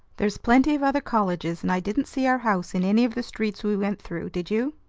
there's plenty of other colleges, and i didn't see our house in any of the streets we went through, did you?